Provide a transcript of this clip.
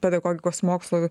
pedagogikos mokslu